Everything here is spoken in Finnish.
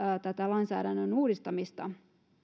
tätä lainsäädännön uudistamista